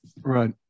Right